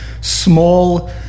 small